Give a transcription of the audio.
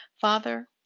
Father